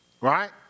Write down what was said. Right